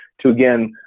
to again,